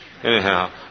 Anyhow